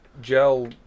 gel